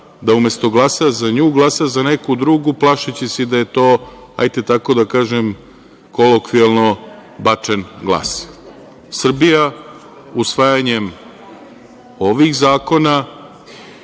da umesto da glasa za nju glasa za neku drugu, plašeći se da je to, hajde da tako kažem, kolokvijalno bačen glas. Srbija usvajanjem ovih zakona